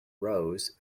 rows